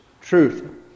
truth